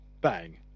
Bang